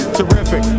Terrific